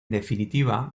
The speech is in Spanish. definitiva